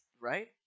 right